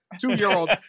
two-year-old